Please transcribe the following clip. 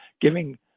giving